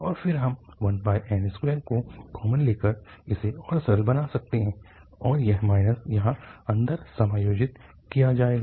और फिर हम 1n2 को कॉमन लेकर इसे और सरल बना सकते हैं और यह यहाँ अंदर समायोजित किया जाएगा